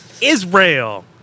Israel